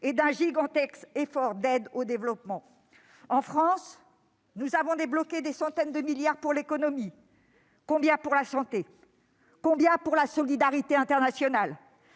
et d'un gigantesque effort d'aide au développement. En France, nous avons débloqué des centaines de milliards d'euros pour l'économie, mais combien pour la santé, combien pour la solidarité internationale ?